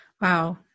Wow